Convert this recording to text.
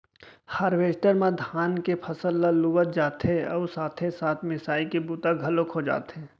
harvester म धान के फसल ल लुवत जाथे अउ साथे साथ मिसाई के बूता घलोक हो जाथे